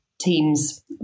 team's